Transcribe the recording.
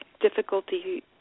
difficulty